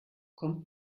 kommt